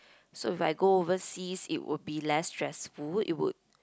so if I go overseas it would be less stressful it would